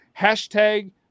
hashtag